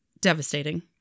devastating